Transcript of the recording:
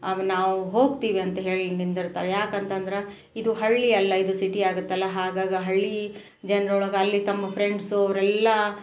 ಆಗ ನಾವು ಹೋಗ್ತೀವಿ ಅಂತ ಹೇಳಿ ನಿಂದಿರ್ತಾರೆ ಯಾಕಂತಂದ್ರೆ ಇದು ಹಳ್ಳಿಯಲ್ಲ ಇದು ಸಿಟಿಯಾಗತ್ತಲ್ಲ ಹಾಗಾಗಿ ಹಳ್ಳಿ ಜನ್ರೊಳಗೆ ಅಲ್ಲಿ ತಮ್ಮ ಪ್ರೆಂಡ್ಸು ಅವ್ರೆಲ್ಲ